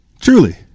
Truly